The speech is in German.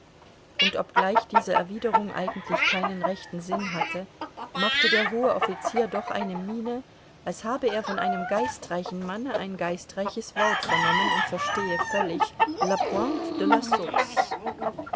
und obgleich diese erwiderung eigentlich keinen rechten sinn hatte machte der hohe offizier doch eine miene als habe er von einem geistreichen manne ein geistreiches wort vernommen und verstehe völlig